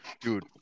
Dude